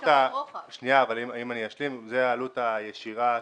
זו העלות הישירה.